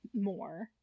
more